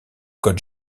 code